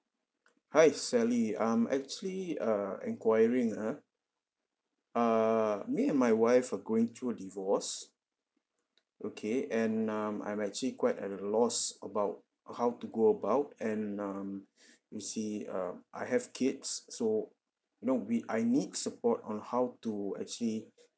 hi sally I'm actually uh inquiring ah err me and my wife are going through a divorce okay and um I'm actually quite at a loss about how to go about and um you see uh I have kids so you know we I need support on how to actually